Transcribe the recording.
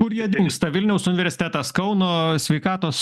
kur jie dingsta vilniaus universitetas kauno sveikatos